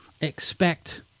expect